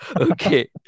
Okay